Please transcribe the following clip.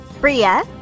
Bria